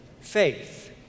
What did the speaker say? faith